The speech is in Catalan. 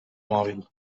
mòbil